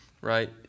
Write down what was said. right